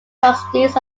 trustees